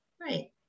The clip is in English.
Right